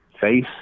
face